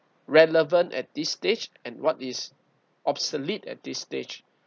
relevant at this stage and what is obsolete at this stage